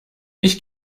ich